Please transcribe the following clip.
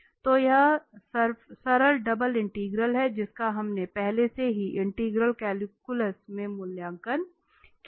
तो यह सरल डबल इंटीग्रल है जिसका हमने पहले से ही इंटीग्रल कैलकुलस में मूल्यांकन किया है